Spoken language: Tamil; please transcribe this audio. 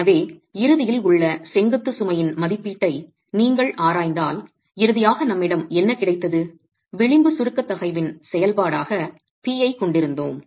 எனவே தோல்வியில் உள்ள செங்குத்து சுமையின் மதிப்பீட்டை நீங்கள் ஆராய்ந்தால் இறுதியாக நம்மிடம் என்ன கிடைத்தது விளிம்பு சுருக்கத் தகைவின் செயல்பாடாக P ஐக் கொண்டிருந்தோம்